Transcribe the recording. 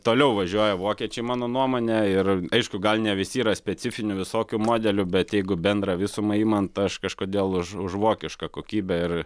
toliau važiuoja vokiečiai mano nuomone ir aišku gal ne visi yra specifinių visokių modelių bet jeigu bendrą visumą imant aš kažkodėl už už vokišką kokybę ir